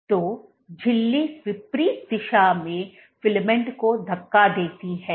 तो झिल्ली विपरीत दिशा में फिलामेंट को धक्का देती है